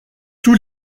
tous